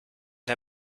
der